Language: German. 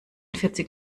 vierzig